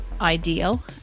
ideal